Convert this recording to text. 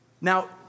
Now